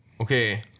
Okay